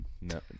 No